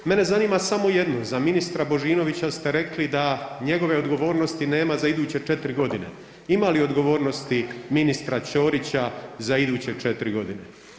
Mene zanima samo jedno, za ministra Božinovića ste rekli da njegove odgovornosti nema za iduće 4 godine, ima li odgovornosti ministra Ćorića za iduće 4 godine?